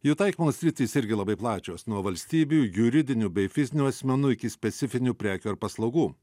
jų taikymo sritys irgi labai plačios nuo valstybių juridinių bei fizinių asmenų iki specifinių prekių ar paslaugų